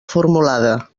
formulada